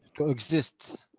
to exist,